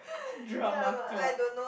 Drama Club